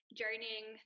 journeying